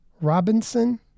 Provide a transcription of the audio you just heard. robinson